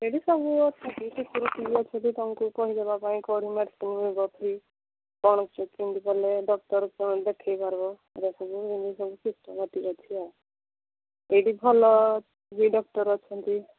ଏଇଠି ସବୁ ଅଛନ୍ତି ସିକ୍ୟୁରିଟି ବି ଅଛନ୍ତି ତୁମକୁ କହିଦେବା ପାଇଁ କୋଉଠି ମେଡିସିନ୍ ମିଳିବ ଫ୍ରି କ'ଣ ଚେକିଂ କଲେ ଡକ୍ଟର୍ କ'ଣ ଦେଖେଇପାରବ ଏଗୁଡ଼ା ସବୁ ଏମତି ସବୁ ସିଷ୍ଟମେଟିକ୍ ଅଛି ଆଉ ଏଇଠି ଭଲ ବି ଡକ୍ଟର୍ ଅଛନ୍ତି